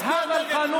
בעד, 37,